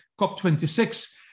COP26